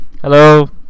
Hello